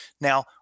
Now